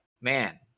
man